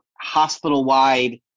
hospital-wide